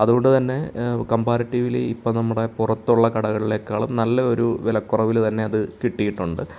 അതുകൊണ്ട് തന്നെ കംപാരിറ്റീവിലി ഇപ്പം നമ്മുടെ പുറത്തുള്ള കടകളിലേക്കാളും നല്ല ഒരു വിലക്കുറവിൽ തന്നെ അത് കിട്ടിയിട്ടുണ്ട്